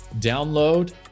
download